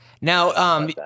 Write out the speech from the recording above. Now